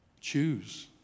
Choose